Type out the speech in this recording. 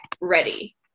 ready